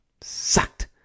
sucked